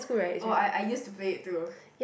oh I I used to play it too